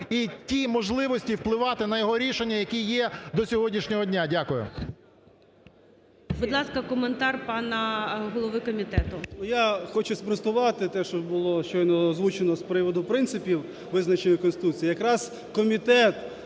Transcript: і ті можливості впливати на його рішення, які є до сьогоднішнього дня. Дякую. ГОЛОВУЮЧИЙ. Будь ласка, коментар пана голови комітету. 10:52:09 КНЯЗЕВИЧ Р.П. Я хочу спростувати те, що було щойно озвучено з приводу принципів, визначених в Конституції.